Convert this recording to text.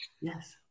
Yes